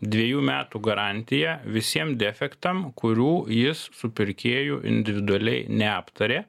dvejų metų garantiją visiem defektam kurių jis su pirkėju individualiai neaptarė